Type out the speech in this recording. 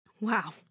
Wow